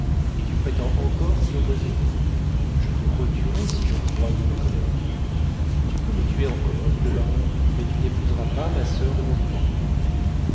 et tu prétends encore t'y opposer je te retuerais si j'en croyais ma colère tu peux me tuer encore dit le baron mais tu n'épouseras pas ma soeur de mon vivant